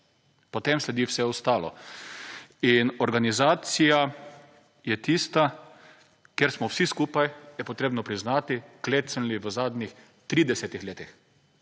Potem sledi vse ostalo. In organizacija je tista, kjer smo vsi skupaj, je potrebno priznati, klecnili v zadnjih 30-ih letih.